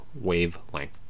wavelength